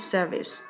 Service